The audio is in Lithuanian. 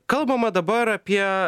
kalbama dabar apie